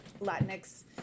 Latinx